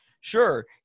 Sure